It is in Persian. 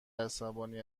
عصبانی